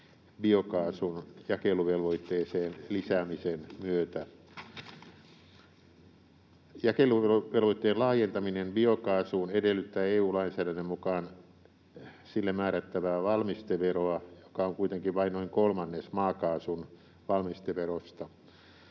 biokaasun jakeluvelvoitteeseen lisäämisen myötä. Jakeluvelvoitteen laajentaminen biokaasuun edellyttää EU-lainsäädännön mukaan sille määrättävää valmisteveroa, joka on kuitenkin vain noin kolmannes maakaasun valmisteverosta.